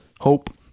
hope